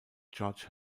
george